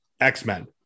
X-Men